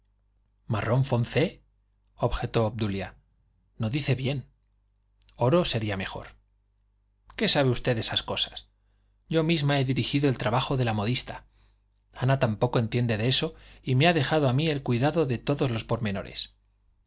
marrón foncé objetó obdulia no dice bien oro sería mejor qué sabe usted de esas cosas yo misma he dirigido el trabajo de la modista ana tampoco entiende de eso y me ha dejado a mí el cuidado de todos los pormenores